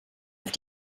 auf